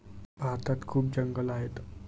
भारतात खूप जंगलं आहेत